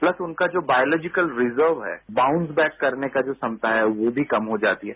pulse उनका जो biological reserve है बाउंड बैक करने का जो क्षमता है वो भी कम हो जाती है